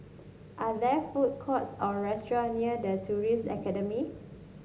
are there food courts or restaurant near The Tourism Academy